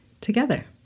together